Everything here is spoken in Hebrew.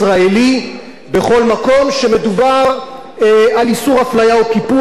בכל מקום שמדובר על איסור הפליה או קיפוח ייכתב